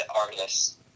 artists